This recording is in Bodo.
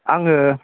आङो